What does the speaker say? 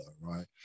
right